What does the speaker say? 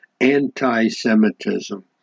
anti-Semitism